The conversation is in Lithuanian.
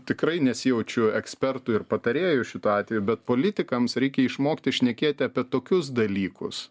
tikrai nesijaučiu ekspertu ir patarėju šituo atveju bet politikams reikia išmokti šnekėti apie tokius dalykus